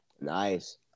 nice